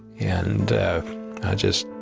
and i just